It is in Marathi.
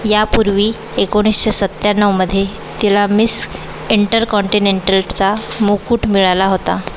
यापूर्वी एकोणीशे सत्त्याण्णवमध्ये तिला मिस इंटरकॉन्टिनेंटलचा मुकूट मिळाला होता